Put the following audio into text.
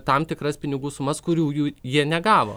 tam tikras pinigų sumas kurių jų jie negavo